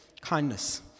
Kindness